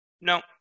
No